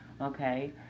Okay